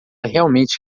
realmente